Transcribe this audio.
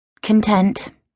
content